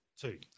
Two